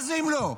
מה זה אם לא?